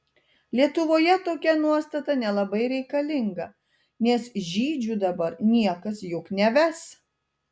lietuvoje tokia nuostata nelabai reikalinga nes žydžių dabar niekas juk neves